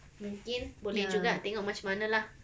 mungkin boleh juga tengok macam mana lah